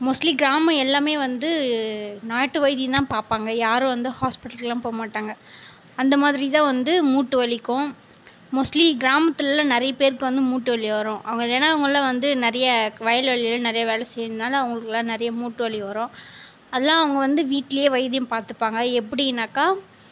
mostly கிராமம் எல்லாமே வந்து நாட்டு வைத்தியம் தான் பார்ப்பாங்க யாரும் வந்து ஹாஸ்ப்பிட்டலுக்குலாம் போகமாட்டாங்க அந்த மாதிரி தான் வந்து மூட்டு வலிக்கும் மோஸ்ட்லி கிராமத்திலலாம் நிறையா பேருக்கு வந்து மூட்டுவலி வரும் அவங்க எல்லாம் வந்து நிறைய வயல் வெளியில் நிறைய வேலை செய்யறதனால் அவங்களுக்கெல்லாம் நிறைய மூட்டு வலி வரும் அதெல்லாம் அவங்களாம் வீட்டிலயே வைத்தியம் பார்த்துப்பாங்க எப்படின்னாக்க